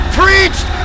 preached